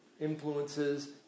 influences